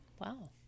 Wow